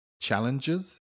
challenges